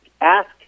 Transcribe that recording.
ask